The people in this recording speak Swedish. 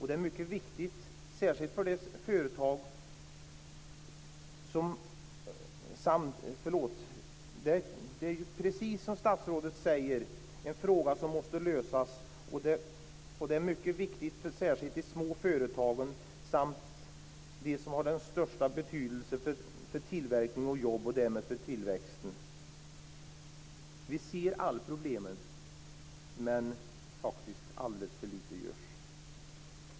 Det är, precis som statsrådet säger, en fråga som måste lösas. Den är mycket viktig, särskilt för de små företagen. Den har dessutom stor betydelse för tillverkning och jobb och därmed för tillväxten. Vi ser alla problemen, men alltför lite görs.